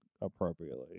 appropriately